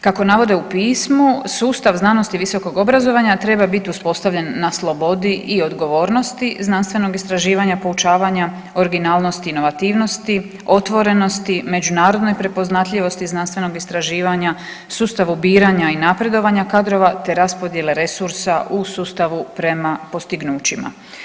Kako navode u pismu sustav znanosti i visokog obrazovanja treba biti uspostavljen na slobodi i odgovornosti znanstvenog istraživanja, poučavanja, originalnosti i inovativnosti, otvorenosti, međunarodnoj prepoznatljivosti znanstvenog istraživanja, sustavu biranja i napredovanja kadrova, te raspodjele resursa u sustavu prema postignućima.